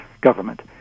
government